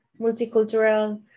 multicultural